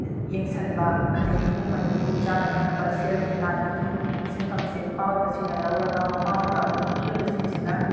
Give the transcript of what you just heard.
ꯌꯦꯡꯁꯤꯟꯕ ꯑꯗꯒꯤ ꯏꯃꯨꯡ ꯃꯅꯨꯡꯒꯤ ꯆꯥꯅ ꯊꯛꯅꯕ ꯁꯦꯜ ꯊꯨꯝ ꯇꯥꯟꯕꯒꯤ ꯁꯤꯟꯐꯝꯁꯦ ꯅꯨꯄꯥ ꯑꯣꯏꯕꯁꯤꯡꯅ ꯂꯧꯔꯒ ꯃꯃꯥ ꯑꯣꯏꯕ ꯑꯣꯔ ꯅꯨꯄꯤ ꯑꯣꯏꯕꯁꯤꯡꯁꯤꯅ